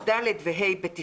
ד' ו-ה' בתשרי,